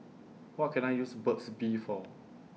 What Can I use Burt's Bee For